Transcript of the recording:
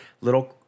little